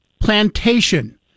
Plantation